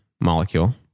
molecule